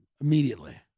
immediately